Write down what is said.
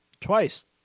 twice